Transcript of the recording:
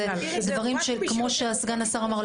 זה דברים כמו שסגן השר אמר,